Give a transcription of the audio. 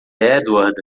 edward